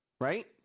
Right